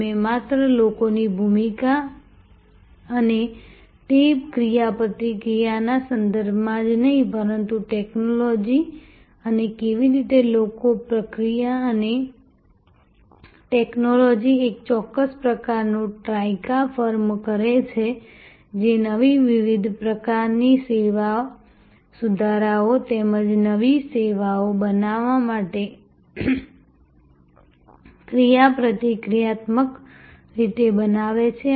અમે માત્ર લોકોની ભૂમિકા અને તે ક્રિયાપ્રતિક્રિયાના સંદર્ભમાં જ નહીં પરંતુ ટેક્નોલોજી અને કેવી રીતે લોકો પ્રક્રિયા અને ટેક્નૉલૉજી એક ચોક્કસ પ્રકારનું ટ્રાઇકા ફર્મ કરે છે જે નવી વિવિધ પ્રકારની સેવા સુધારાઓ તેમજ નવી સેવાઓ બનાવવા માટે ક્રિયાપ્રતિક્રિયાત્મક રીતે બનાવે છે